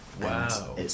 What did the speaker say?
Wow